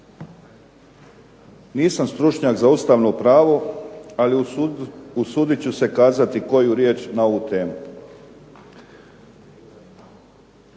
Nisam stručnjak za Ustavno pravo, ali usudit ću se kazati koju riječ na ovu temu.